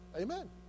Amen